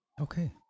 Okay